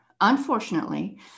Unfortunately